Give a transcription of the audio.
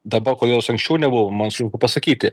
daba kodėl aš anksčiau nebuvau man sunku pasakyti